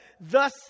thus